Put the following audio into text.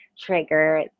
trigger